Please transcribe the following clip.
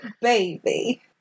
baby